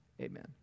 amen